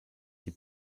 die